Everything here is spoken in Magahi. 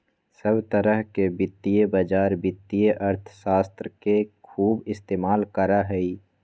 सब तरह के वित्तीय बाजार वित्तीय अर्थशास्त्र के खूब इस्तेमाल करा हई